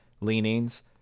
leanings